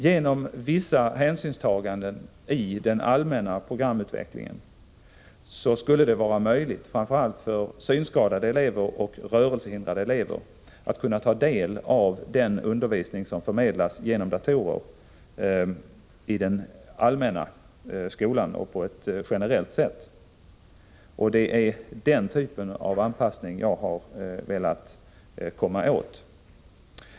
Genom vissa hänsynstaganden i den allmänna programutvecklingen skulle det vara möjligt, framför allt för synskadade elever och rörelsehindrade elever, att ta del av den undervisning som förmedlas genom datorer i den allmänna skolan och på ett generellt sätt. Det är den typen av anpassning jag har velat komma åt.